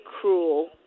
cruel